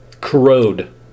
corrode